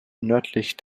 nördlich